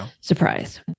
surprise